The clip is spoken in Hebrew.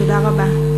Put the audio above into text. תודה רבה.